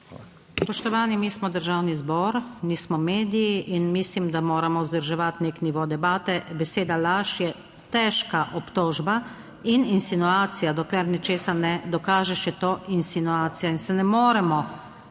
Spoštovani, mi smo Državni zbor, nismo mediji, in mislim, da moramo vzdrževati nek nivo debate. Beseda laž je težka obtožba in insinuacija. Dokler nečesa ne dokažeš, je to insinuacija in se ne moremo